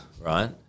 right